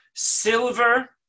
Silver